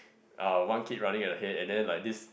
uh one kid running ahead and then like this